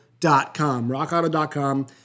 RockAuto.com